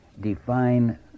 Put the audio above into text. define